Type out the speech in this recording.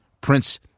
Prince